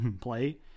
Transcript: play